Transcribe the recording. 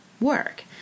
work